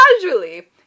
casually